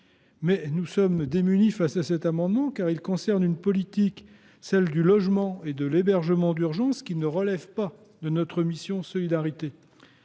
Mais nous sommes démunis face à cet amendement, car il concerne une politique, celle du logement et de l’hébergement d’urgence, qui ne relève pas de la mission « Solidarité,